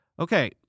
Okay